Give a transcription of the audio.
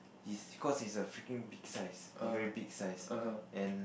he's cause he's a freaking big size he very big size and